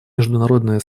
международное